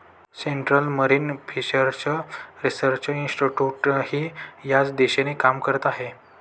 central marine fisheries research इन्स्टिट्यूटही याच दिशेने काम करत आहे